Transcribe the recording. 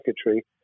secretary